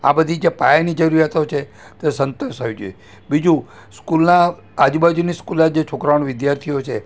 આ બધી જે પાયાની જરૂરિયાતો છે તે સંતોષાવી જોઇએ બીજું સ્કૂલના આજુબાજુની સ્કૂલના જે છોકરા અને વિદ્યાર્થીઓ છે